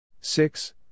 Six